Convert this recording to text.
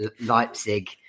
Leipzig